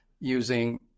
using